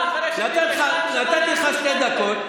נתתי לך שתי דקות,